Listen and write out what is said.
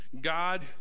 God